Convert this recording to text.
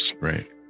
Right